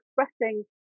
expressing